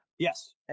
Yes